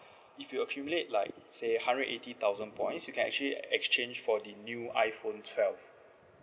if you accumulate like say hundred eighty thousand points you can actually exchange for the new iPhone twelve